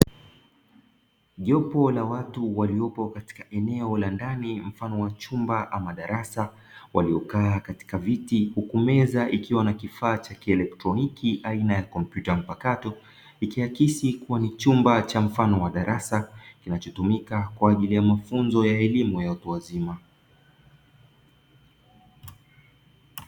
Jopo la watu waliopo katika eneo la ndani mfano wa chumba ama darasa, waliokaa katika viti huku meza ikiwa na kifaa cha kielektroniki aina ya kompyuta mpakato ikiakisi kuwa ni chumba cha mfano wa darasa kinachotumika kwaajili ya mafunzo ya elimu ya watu wazima.